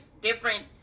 different